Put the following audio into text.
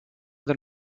than